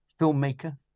filmmaker